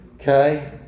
Okay